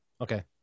Okay